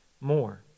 more